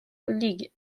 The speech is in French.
league